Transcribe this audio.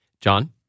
John